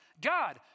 God